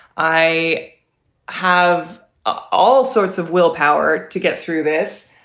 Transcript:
i have ah all sorts of willpower to get through this,